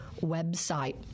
website